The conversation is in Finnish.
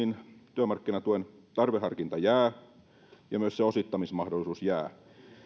työmarkkinatuen tarveharkinta jää ja myös se osittamismahdollisuus jää